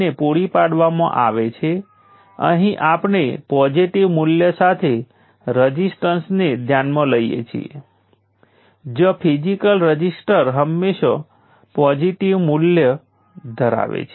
તો ચાલો હું તેને અહીં VR લખું જે V1 5 વોલ્ટ છે અને IR 5 મિલી એમ્પ્સ છે અને તે પણ I1 બરાબર છે અને વોલ્ટેજ સોર્સ દ્વારા શોષાયેલ પાવર V1 I1 જે 25 મિલી વોટ્સ છે